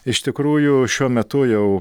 iš tikrųjų šiuo metu jau